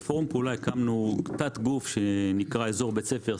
ושם הקמנו תת-גוף שנקרא אזור בית ספר,